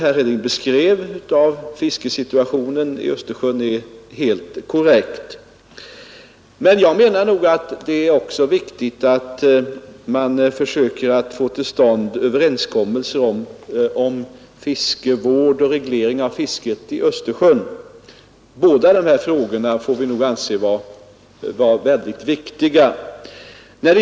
Herr Hedins beskrivning av fiskesituationen i Östersjön var också helt korrekt. Vi kan också försöka få till stånd överenskommelser om fiskevården och regleringen av fisket i Östersjön. Båda de frågorna får anses vara mycket viktiga.